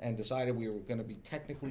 and decided we were going to be technically